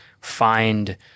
find